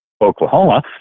Oklahoma